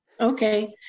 Okay